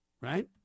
Right